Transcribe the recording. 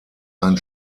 ein